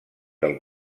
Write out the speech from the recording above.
del